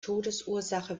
todesursache